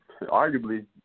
arguably